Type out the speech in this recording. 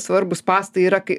svarbūs spąstai yra kai